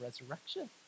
resurrection